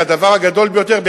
זה הדבר הגדול ביותר,